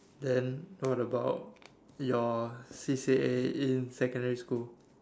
then what about your C_C_A in secondary school